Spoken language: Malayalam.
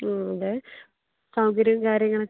ആ അതെ സൗകര്യവും കാര്യങ്ങളൊക്കെ